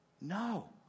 No